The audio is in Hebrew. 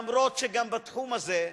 אף שגם בתחום הזה,